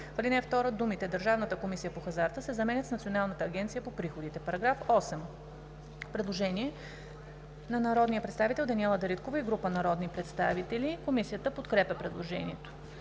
В ал. 2 думите „Държавната комисия по хазарта“ се заменят с „Националната агенция за приходите“.“ По § 8 има предложение на народния представител Даниела Дариткова и група народни представители. Комисията подкрепя предложението.